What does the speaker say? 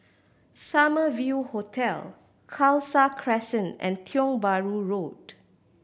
Summer View Hotel Khalsa Crescent and Tiong Bahru Road